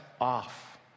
off